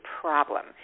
problem